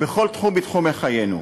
בכל תחום בתחומי חיינו?